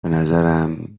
بنظرم